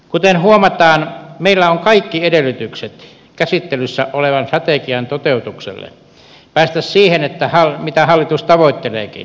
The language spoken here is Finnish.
kuten huomataan meillä on kaikki edellytykset käsittelyssä olevan strategian toteutuksella päästä siihen mitä hallitus tavoitteleekin